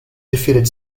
defeated